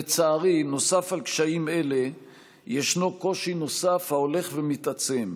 לצערי, נוסף על קשיים אלה ישנו קושי ההולך ומעצם,